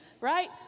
right